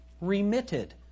remitted